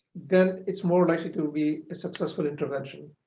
then it's more likely to be a successful intervention.